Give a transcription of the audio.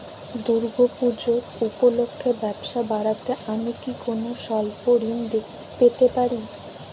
দূর্গা পূজা উপলক্ষে ব্যবসা বাড়াতে আমি কি কোনো স্বল্প ঋণ পেতে পারি?